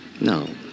No